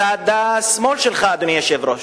מצד שמאל שלך, אדוני היושב-ראש.